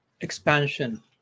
expansion